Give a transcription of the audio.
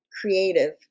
creative